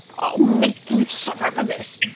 i'll make you suffer for this.